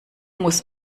muss